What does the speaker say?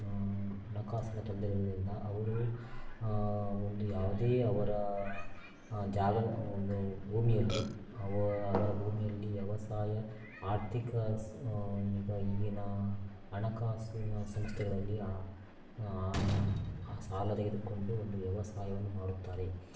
ಹಣಕಾಸಿನ ತೊಂದರೆ ಇರೋದರಿಂದ ಅವರು ಒಂದು ಯಾವುದೇ ಅವರ ಜಾಗ ಒಂದು ಭೂಮಿಯಲ್ಲಿ ಅವರ ಭೂಮಿಯಲ್ಲಿ ವ್ಯವಸಾಯ ಆರ್ಥಿಕ ಈಗ ಏನು ಹಣಕಾಸಿನ ಸಂಸ್ಥೆಗಳಲ್ಲಿ ಸಾಲ ತೆಗೆದುಕೊಂಡು ಒಂದು ವ್ಯವಸಾಯವನ್ನು ಮಾಡುತ್ತಾರೆ